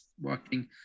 working